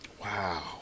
Wow